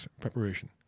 preparation